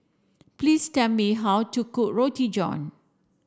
please tell me how to cook Roti John